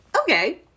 Okay